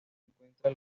encuentra